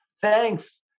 thanks